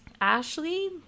Ashley